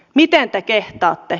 miten te kehtaatte